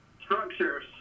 Structures